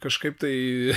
kažkaip tai